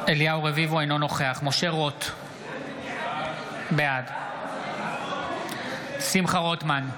רביבו, אינו נוכח משה רוט, בעד שמחה רוטמן,